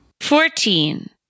Fourteen